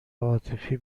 عاطفی